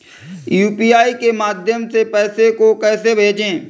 UPI के माध्यम से पैसे को कैसे भेजें?